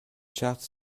charte